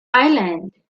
island